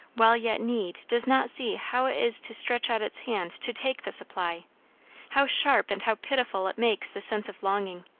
while yet need does not see how it is to stretch out its hand to take the supply how sharp and how pitiful it makes the sense of longing!